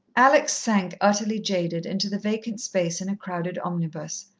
alex sank, utterly jaded, into the vacant space in a crowded omnibus.